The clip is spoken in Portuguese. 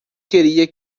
queria